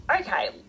okay